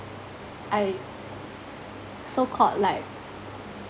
I so called like